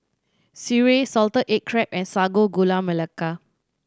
sireh salted egg crab and Sago Gula Melaka